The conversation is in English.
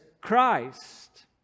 Christ